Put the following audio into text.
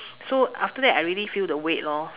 so after that I really feel the weight lor